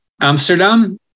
amsterdam